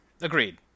Agreed